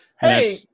hey